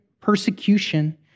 persecution